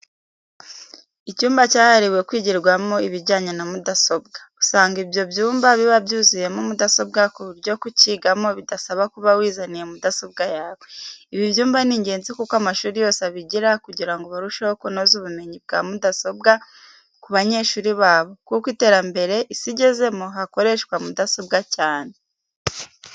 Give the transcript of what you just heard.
Icyumba cyahariwe kwigirwamo ibinyanye na mudasombwa, usanga ibyo byumba biba byuzuyemo mudasombwa ku buryo kukigamo bidasaba kuba wizaniye mudasobwa yawe. Ibi byumba ni ingenzi ko amashuri yose abigira kugira ngo barusheho kunoza ubumenyi bwa mudasombwa ku banyeshuri babo, kuko iterambere Isi igezemo hakoreshwa mudasombwa cyane.